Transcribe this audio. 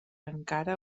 encara